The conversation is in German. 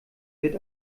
wird